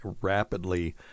rapidly